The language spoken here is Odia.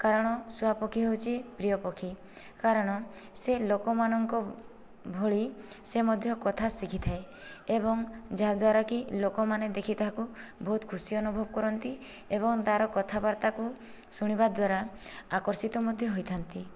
କାରଣ ଶୁଆପକ୍ଷୀ ହେଉଛି ପ୍ରିୟ ପକ୍ଷୀ କାରଣ ସେ ଲୋକମାନଙ୍କ ଭଳି ସେ ମଧ୍ୟ କଥା ଶିଖିଥାଏ ଏବଂ ଯାହାଦ୍ୱାରାକି ଲୋକମାନେ ଦେଖି ତାହାକୁ ବହୁତ ଖୁସି ଅନୁଭବ କରନ୍ତି ଏବଂ ତା'ର କଥା ବାର୍ତ୍ତାକୁ ଶୁଣିବା ଦ୍ଵାରା ଆକର୍ଷିତ ମଧ୍ୟ ହୋଇଥାନ୍ତି